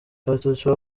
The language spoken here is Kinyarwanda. abatutsi